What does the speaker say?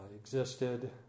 existed